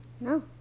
no